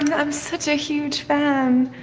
i'm such a huge fan.